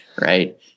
Right